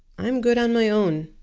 i'm good on my own,